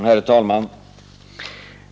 Herr talman!